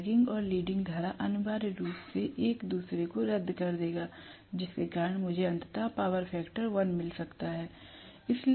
तो लैगिंग और लीडिंग धारा अनिवार्य रूप से एक दूसरे को रद्द कर देगा जिसके कारण मुझे अंततः पावर फैक्टर 1 मिल सकता है